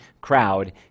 crowd